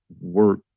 work